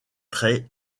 traits